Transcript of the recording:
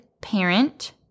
parent